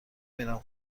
میرم